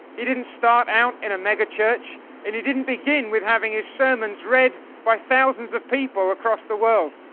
he didn't start out in a megachurch and he didn't begin with having his sermons read by thousands of people across the world.